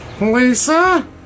Lisa